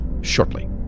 shortly